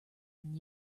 when